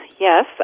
yes